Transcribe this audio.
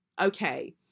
Okay